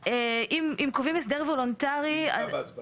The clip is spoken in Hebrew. רעות אופק: אם קובעים הסדר וולונטרי של